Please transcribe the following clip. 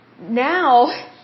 Now